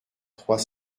trois